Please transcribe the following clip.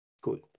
Cool